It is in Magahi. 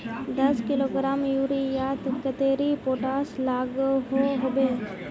दस किलोग्राम यूरियात कतेरी पोटास लागोहो होबे?